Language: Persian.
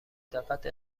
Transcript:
دقت